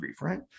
right